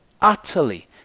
utterly